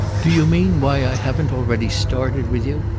do you mean why i haven't already started with you?